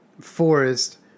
forest